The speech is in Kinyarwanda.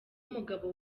umugabo